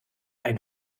ein